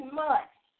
months